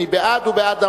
מי שבעד הוא בעד המליאה.